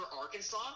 Arkansas